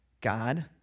God